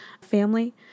family